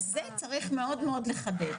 אז זה צריך מאוד מאוד לחדד.